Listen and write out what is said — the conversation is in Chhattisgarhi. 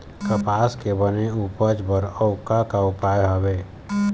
कपास के बने उपज बर अउ का का उपाय हवे?